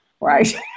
right